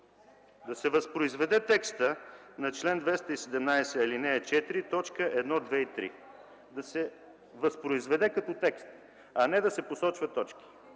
Да се възпроизведе текстът на чл. 217, ал. 4, точки 1, 2 и 3. Да се възпроизведе като текст, а не да се посочват точки,